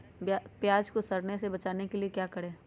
प्याज को सड़ने से बचाने के लिए क्या करें?